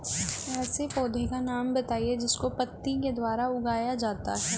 ऐसे पौधे का नाम बताइए जिसको पत्ती के द्वारा उगाया जाता है